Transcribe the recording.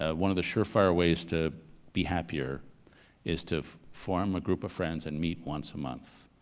ah one of the surefire ways to be happier is to form a group of friends and meet once a month.